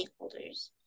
stakeholders